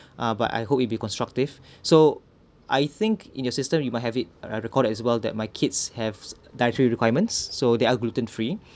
ah but I hope it'll be constructive so I think in your system you might have it recorded as well that my kids have dietary requirements so they are gluten free